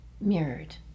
mirrored